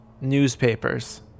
newspapers